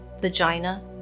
vagina